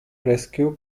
rescue